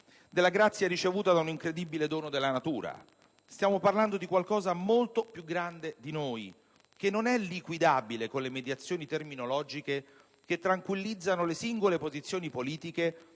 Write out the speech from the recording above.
della grazia ricevuta da un incredibile dono della natura, stiamo parlando di qualcosa molto più grande di noi che non è liquidabile con le mediazioni terminologiche che tranquillizzano le singole posizioni politiche,